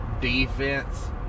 defense